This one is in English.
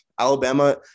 Alabama